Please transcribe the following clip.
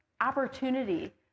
opportunity